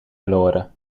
verloren